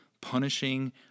punishing